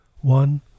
One